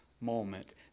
moment